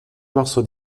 morceaux